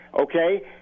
okay